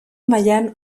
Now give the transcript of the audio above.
mailan